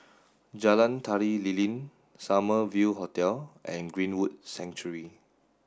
Jalan Tari Lilin Summer View Hotel and Greenwood Sanctuary